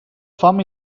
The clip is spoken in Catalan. fam